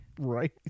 right